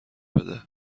بده